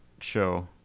show